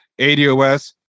ADOS